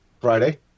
Friday